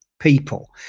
people